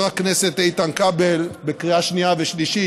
הכנסת איתן כבל בקריאה שנייה ושלישית,